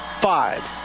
five